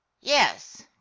yes